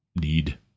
need